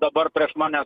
dabar prieš mane